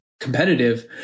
competitive